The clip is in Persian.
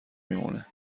میمونه